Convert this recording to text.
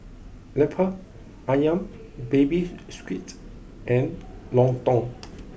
Lemper Ayam baby squid and Lontong